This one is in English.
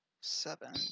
Seven